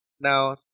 Now